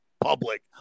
public